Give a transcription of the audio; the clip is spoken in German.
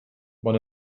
man